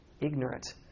ignorant